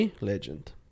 legend